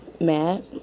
mad